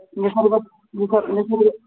निसर्गः निस निसर्गः